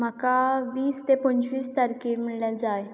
म्हाका वीस ते पंचवीस तारखेर म्हणल्यार जाय